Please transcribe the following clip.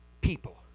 people